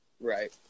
Right